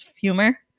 humor